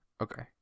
okay